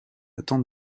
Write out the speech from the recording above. attente